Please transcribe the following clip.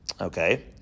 Okay